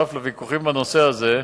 ושותף לוויכוחים בנושא הזה.